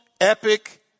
epic